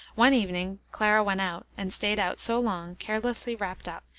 one evening clara went out, and staid out so long, carelessly wrapped up,